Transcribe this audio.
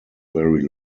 very